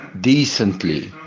decently